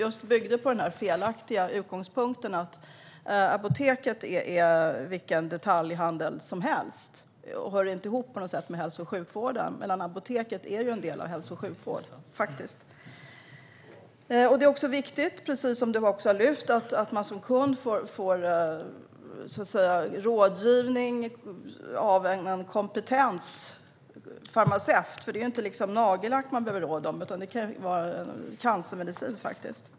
Den byggde på den felaktiga utgångspunkten att apoteket är som vilken detaljhandel som helst och inte hör ihop med hälso och sjukvården. Men apoteket är en del av hälso och sjukvården. Som ministern lyfte fram är det viktigt att man som kund får rådgivning av en kompetent farmaceut. Det är inte nagellack man behöver råd om, utan det kan faktiskt vara cancermedicin.